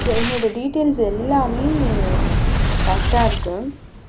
so என்னோடய details எல்லாமே கரெக்டாக இருக்குது